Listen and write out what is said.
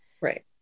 right